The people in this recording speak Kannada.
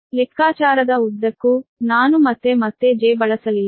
ಲೆಕ್ಕಾಚಾರದ ಉದ್ದಕ್ಕೂ ನಾನು ಮತ್ತೆ ಮತ್ತೆ j ಬಳಸಲಿಲ್ಲ